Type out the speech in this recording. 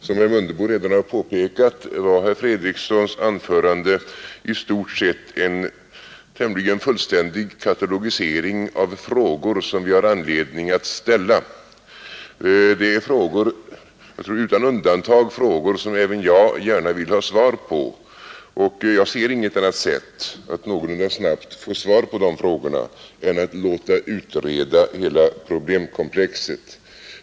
Som herr Mundebo påpekade var herr Fredrikssons anförande i stort sett en tämligen fullständig katalogisering av frågor som vi har anledning att ställa. Det är utan undantag frågor som även jag gärna vill ha svar på, och jag ser inget annat sätt att någorlunda snabbt få svar på de frågorna än att låta utreda hela problemkomplexet.